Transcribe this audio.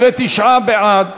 59 בעד,